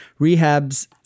rehabs